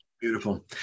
Beautiful